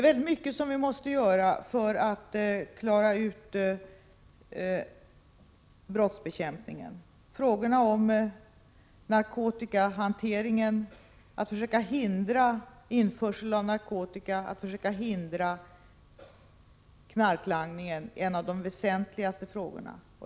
Vi måste göra mycket för att klara brottsbekämpningen. Frågan om narkotikahanteringen — att försöka hindra införsel av narkotika och att försöka hindra knarklangningen — är en av de väsentligaste.